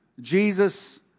Jesus